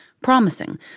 promising